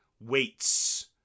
weights